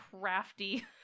crafty